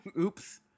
Oops